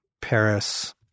Paris